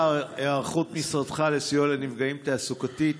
אדוני השר, היערכות משרדך לסיוע לנפגעים תעסוקתית